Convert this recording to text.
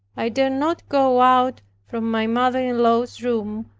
i dared not go out from my mother-in-law's room,